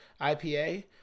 IPA